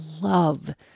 love